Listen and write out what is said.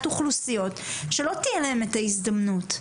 אוכלוסיות שלא תהיה להם את ההזדמנות.